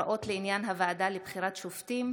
(הוראות לעניין הוועדה לבחירת שופטים),